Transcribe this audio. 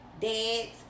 dads